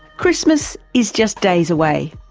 christmas is just days away,